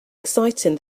exciting